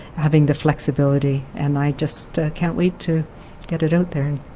having the flexibility. and i just can't wait to get it out there.